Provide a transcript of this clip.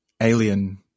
alien